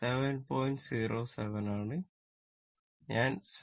07 ആണ് ഞാൻ 7